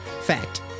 Fact